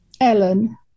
Ellen